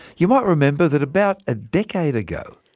you might remember that about a decade ago,